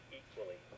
equally